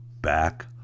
back